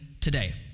today